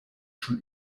schon